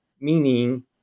meaning